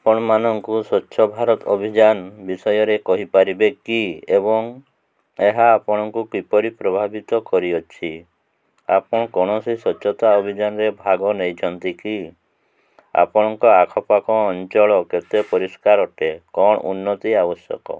ଆପଣମାନଙ୍କୁ ସ୍ୱଚ୍ଛ ଭାରତ ଅଭିଯାନ ବିଷୟରେ କହିପାରିବେ କି ଏବଂ ଏହା ଆପଣଙ୍କୁ କିପରି ପ୍ରଭାବିତ କରିଅଛି ଆପଣ କୌଣସି ସ୍ୱଚ୍ଛତା ଅଭିଯାନରେ ଭାଗ ନେଇଛନ୍ତି କି ଆପଣଙ୍କ ଆଖପାଖ ଅଞ୍ଚଳ କେତେ ପରିଷ୍କାର ଅଟେ କ'ଣ ଉନ୍ନତି ଆବଶ୍ୟକ